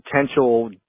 potential